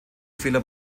fehler